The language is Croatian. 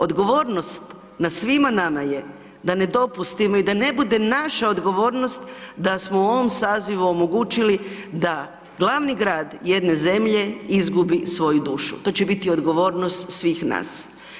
Odgovornost na svima nama je da ne dopustimo i da ne bude naša odgovornost da smo u ovom sazivu omogućili da glavni grad jedne zemlje izgubi svoju dušu, to će biti odgovornost svih nas.